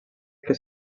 que